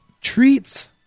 treats